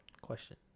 question